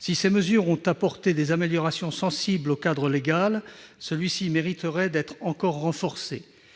Si ces mesures ont apporté des améliorations sensibles au cadre légal, celui-ci mériterait d'être encore renforcé.